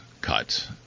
cut